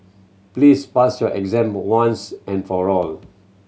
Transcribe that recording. please pass your exam once and for all